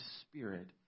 Spirit